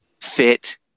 fit